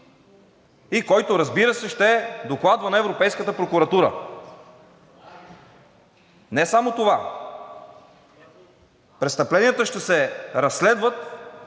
и който, разбира се, ще докладва на Европейската прокуратура. Не само това – престъпленията ще се разследват